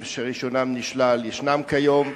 1. כמה נהגים שרשיונם נשלל ישנם כיום,